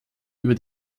über